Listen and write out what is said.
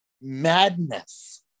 madness